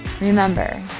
remember